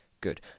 good